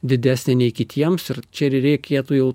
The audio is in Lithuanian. didesnė nei kitiems ir čia ir reikėtų jau